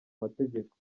mategeko